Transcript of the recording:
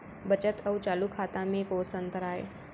बचत अऊ चालू खाता में कोस अंतर आय?